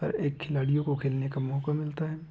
हर एक खिलाड़ियों को खेलने का मौका मिलता है